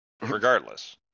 regardless